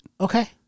Okay